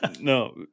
no